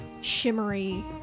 shimmery